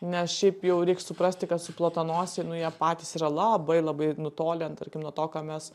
nes šiaip jau reik suprasti kad suplotanosiai nu jie patys yra labai labai nutolę nu tarkim nuo to ką mes